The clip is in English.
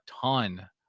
ton